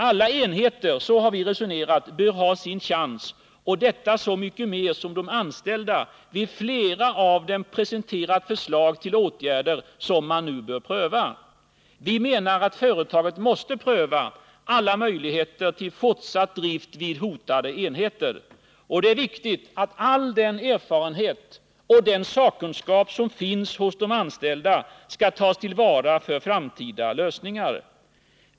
Alla enheter — så har vi resonerat — bör ha sin chans, och detta gäller så mycket mer som de anställda vid flera av dem presenterat förslag till åtgärder som man nu bör pröva. Vi menar att företaget måste pröva alla möjligheter till fortsatt drift vid hotade enheter. Det är viktigt att all den erfarenhet och sakkunskap som finns hos de anställda tas till vara för framtida lösningar.